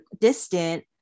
distant